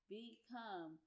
become